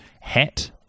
hat